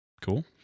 Cool